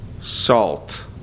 salt